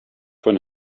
von